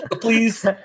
please